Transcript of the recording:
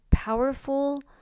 powerful